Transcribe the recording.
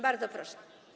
Bardzo proszę.